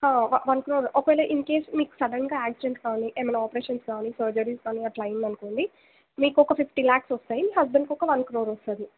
one crore ఒకవేళ in case మీకు సడెన్గా ఆక్సిడెంట్ కానీ ఏమైన ఆపరేషన్స్ కానీ సర్జరీస్ కానీ అట్లా అయ్యింది అనుకోండి మీకు ఒక ఫిఫ్టీ లాక్స్ వస్తాయి మీ హస్బెండ్కి ఒక వన్ క్రోర్ వస్తుంది